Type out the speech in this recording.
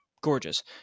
gorgeous